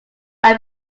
are